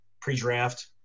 pre-draft